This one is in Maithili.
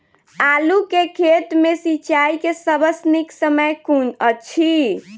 आलु केँ खेत मे सिंचाई केँ सबसँ नीक समय कुन अछि?